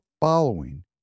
following